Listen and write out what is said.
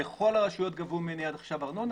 בכל הרשויות גבו ממני ארנונה.